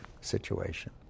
situation